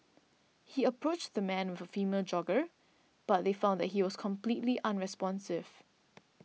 he approached the man with a female jogger but they found that he was completely unresponsive